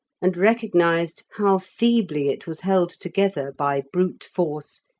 and recognised how feebly it was held together by brute force,